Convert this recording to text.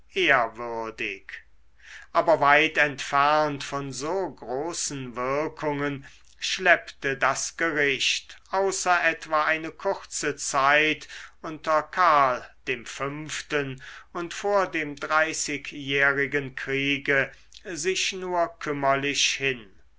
ehrwürdig aber weit entfernt von so großen wirkungen schleppte das gericht außer etwa eine kurze zeit unter karl dem fünften und vor dem dreißigjährigen kriege sich nur kümmerlich hin